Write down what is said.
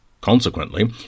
Consequently